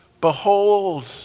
behold